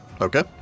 Okay